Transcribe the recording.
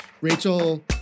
Rachel